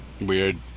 Weird